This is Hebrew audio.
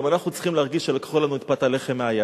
גם אנחנו צריכים להרגיש שלקחו לנו את פת הלחם מהיד.